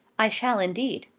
i shall indeed.